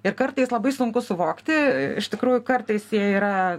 ir kartais labai sunku suvokti iš tikrųjų kartais jie yra